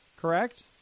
correct